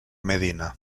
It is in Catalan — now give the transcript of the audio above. medina